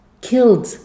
killed